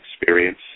experience